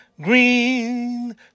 green